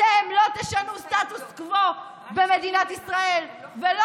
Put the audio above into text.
אתם לא תשנו סטטוס קוו במדינת ישראל ולא